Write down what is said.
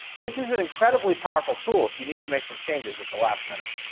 this is an incredibly powerful tool if you need to make some changes at the last minute.